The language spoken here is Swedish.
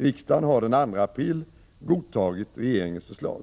Riksdagen har den 2 april godtagit regeringens förslag.